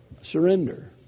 Surrender